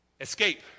Escape